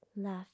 left